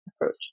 approach